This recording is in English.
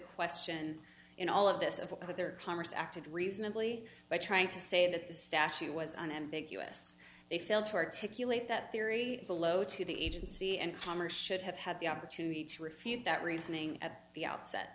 question in all of this if their congress acted reasonably by trying to say that the statute was unambiguous they failed to articulate that theory below to the agency and commerce should have had the opportunity to refute that reasoning at the outset